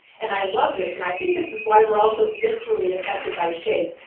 and i love this and i think this is why we're all so viscerally affected by shape.